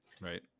Right